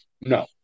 no